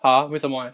!huh! 为什么 leh